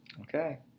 Okay